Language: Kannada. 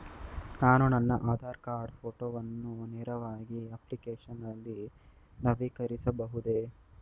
ನಾನು ನನ್ನ ಆಧಾರ್ ಕಾರ್ಡ್ ಫೋಟೋವನ್ನು ನೇರವಾಗಿ ಅಪ್ಲಿಕೇಶನ್ ನಲ್ಲಿ ನವೀಕರಿಸಬಹುದೇ?